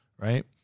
right